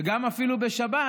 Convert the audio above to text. וגם אפילו בשבת,